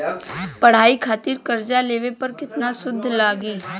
पढ़ाई खातिर कर्जा लेवे पर केतना सूद लागी?